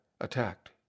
attacked